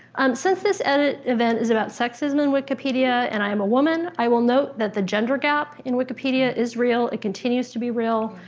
um since this edit event is about sexism in wikipedia and i am a woman, i will note that the gender gap in wikipedia is real. it continues to be real.